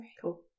cool